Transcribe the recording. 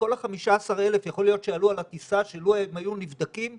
שלו כל ה-15,000 שעלו על הטיסה היו נבדקים,